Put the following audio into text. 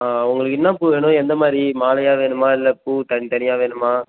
ஆ உங்களுக்கு என்னாப் பூ வேணும் எந்த மாதிரி மாலையாக வேணுமா இல்லை பூ தனித் தனியாக வேணுமா